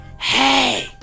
Hey